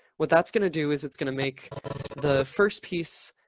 what that's going to do is it's going to make the first piece